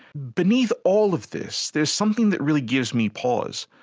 beneath all of this there is something that really gives me pause.